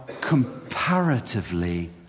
comparatively